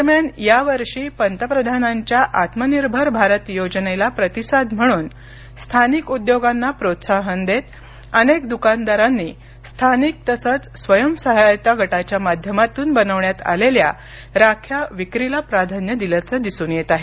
दरम्यान यावर्षी पंतप्रधानांच्या आत्मनिर्भर भारत योजनेला प्रतिसाद म्हणून स्थानिक उद्योगांना प्रोत्साहन देत अनेक दुकानदारांनी स्थानिक तसंच स्वयं सहायता गटाच्या माध्यमातून बनवण्यात आलेल्या राख्याविक्रीला प्राधान्य दिल्याचं दिसून येत आहे